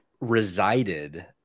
resided